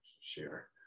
Share